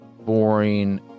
boring